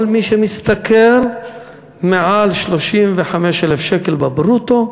כל מי שמשתכר מעל 35,000 שקל בברוטו,